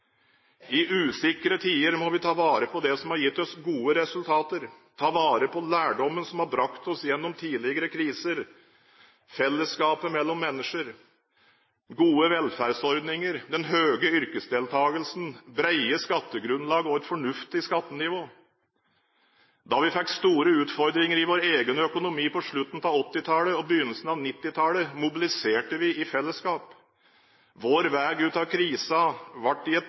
I usikre tider må vi ta vare på det som har gitt oss gode resultater, ta vare på lærdommen som har brakt oss gjennom tidligere kriser, fellesskapet mellom mennesker, gode velferdsordninger, den høye yrkesdeltakelsen, det brede skattegrunnlaget og et fornuftig skattenivå. Da vi fikk store utfordringer i vår egen økonomi på slutten av 1980-tallet og begynnelsen av 1990-tallet, mobiliserte vi i fellesskap. Vår vei ut av krisen ble til i et